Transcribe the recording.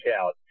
out